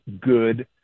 good